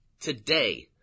today